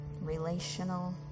Relational